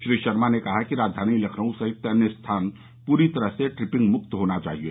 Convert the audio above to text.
श्री शर्मा ने कहा कि राजधानी लखनऊ सहित अन्य स्थान पूरी तरह से ट्रिपिंग मुक्त होने चाहिये